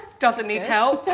doesn't need help i